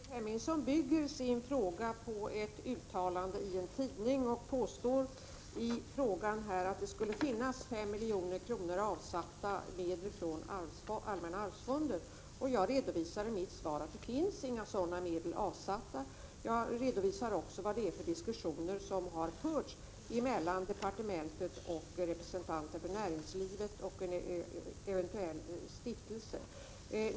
Fru talman! Ingrid Hemmingsson bygger sin fråga på ett uttalande i en tidning. Hon påstår i sin fråga här att allmänna arvsfonden har avsatt 5 milj.kr. för detta ändamål. Jag redovisar i mitt svar att inga sådana medel avsatts. Jag redovisar också vilka diskussioner som förts mellan företrädare för departementet och representanter för näringslivet och en eventuell stiftelse.